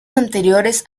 anteriores